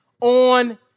on